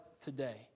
today